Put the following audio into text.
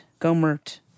Gomert